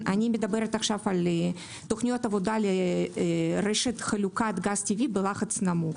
אני מדברת כעת על תוכניות עבודה לרשת חלוקת גז טבעי בלחץ נמוך.